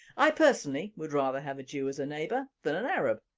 i personally would rather have a jew as a neighbour than an arab,